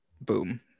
boom